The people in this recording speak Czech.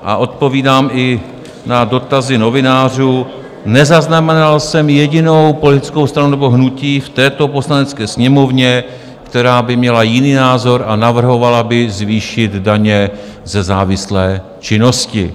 A odpovídám i na dotazy novinářů, nezaznamenal jsem jedinou politickou stranu nebo hnutí v této Poslanecké sněmovně, která by měla jiný názor a navrhovala by zvýšit daně ze závislé činnosti.